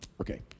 Okay